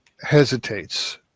hesitates